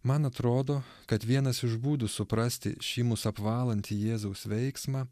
man atrodo kad vienas iš būdų suprasti šį mus apvalantį jėzaus veiksmą